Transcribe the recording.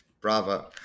Bravo